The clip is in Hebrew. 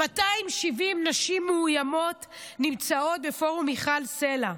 270 נשים מאוימות נמצאות בפרום מיכל סלה.